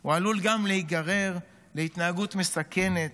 הוא עלול גם להיגרר להתנהגות מסכנת,